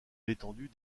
l’étendue